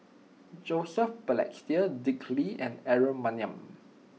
Joseph Balestier Dick Lee and Aaron Maniam